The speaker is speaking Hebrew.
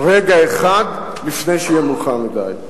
רגע אחד לפני שיהיה מאוחר מדי.